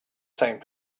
same